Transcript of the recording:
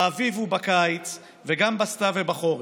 באביב ובקיץ וגם בסתיו ובחורף.